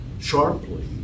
sharply